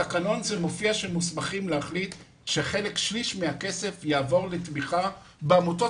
התקנון מופיע שהם מוסמכים להחליט ששליש מהכסף יעבור לתמיכה בעמותות